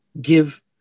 give